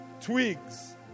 twigs